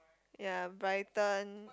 ya Brighton